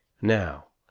now,